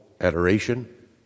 adoration